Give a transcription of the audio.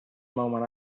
moment